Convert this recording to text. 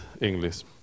English